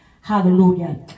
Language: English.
Hallelujah